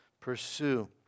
pursue